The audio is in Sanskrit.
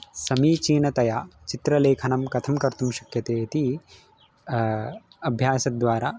समीचीनतया चित्रलेखनं कथं कर्तुं शक्यते इति अभ्यासद्वारा